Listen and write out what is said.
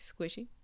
Squishy